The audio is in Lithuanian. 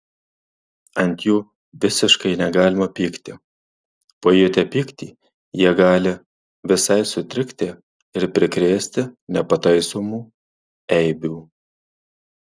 ant jų visiškai negalima pykti pajutę pyktį jie gali visai sutrikti ir prikrėsti nepataisomų eibių